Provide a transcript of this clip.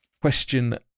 Question